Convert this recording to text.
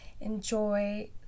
enjoy